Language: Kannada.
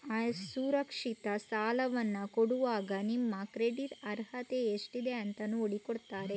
ಅಸುರಕ್ಷಿತ ಸಾಲವನ್ನ ಕೊಡುವಾಗ ನಿಮ್ಮ ಕ್ರೆಡಿಟ್ ಅರ್ಹತೆ ಎಷ್ಟಿದೆ ಅಂತ ನೋಡಿ ಕೊಡ್ತಾರೆ